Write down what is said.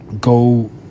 go